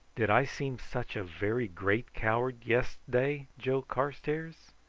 did i seem such a very great coward yes'day, joe carstairs?